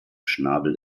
schnabel